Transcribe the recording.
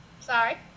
Sorry